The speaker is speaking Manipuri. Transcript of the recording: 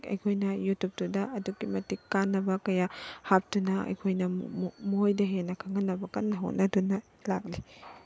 ꯑꯩꯈꯣꯏꯅ ꯌꯨꯇꯨꯕꯇꯨꯗ ꯀꯥꯟꯅꯕ ꯀꯌꯥ ꯍꯥꯞꯇꯨꯅ ꯑꯩꯈꯣꯏꯅ ꯃꯣꯏꯗ ꯍꯦꯟꯅ ꯈꯪꯍꯟꯅꯕ ꯀꯟꯅ ꯍꯣꯠꯅꯗꯨꯅ ꯂꯥꯛꯂꯤ